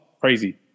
crazy